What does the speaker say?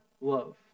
love